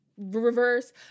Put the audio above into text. reverse